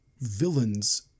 villains